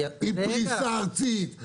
עם פריסה ארצית,